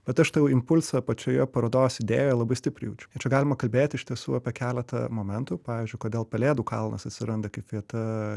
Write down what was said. bet aš tą impulsą pačioje parodos idėjoje labai stipriai jaučiu kad čia galima kalbėti iš tiesų apie keletą momentų pavyzdžiui kodėl pelėdų kalnas atsiranda kaip vieta